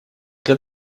для